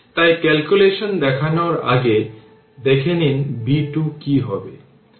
তাই ক্যালকুলেশন দেখানোর আগে দেখে নিন b 2 কী হবে